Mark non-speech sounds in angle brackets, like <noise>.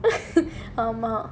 <laughs> ஆமா:aamaa